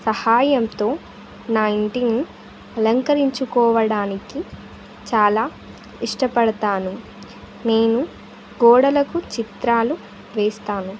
సహాయంతో నా ఇంటిని అలంకరించుకోవడానికి చాలా ఇష్టపడతాను నేను గోడలకు చిత్రాలు వేస్తాను